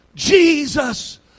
Jesus